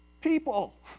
people